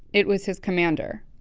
it was his commander.